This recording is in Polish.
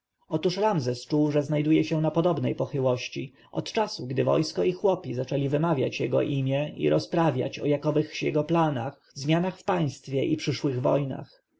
otóż ramzes czuł że znajduje się na podobnej pochyłości od czasu gdy wojsko i chłopi zaczęli wymawiać jego imię i rozprawiać o jakowychś jego planach zmianach w państwie i przyszłych wojnach